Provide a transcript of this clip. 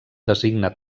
designa